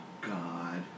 God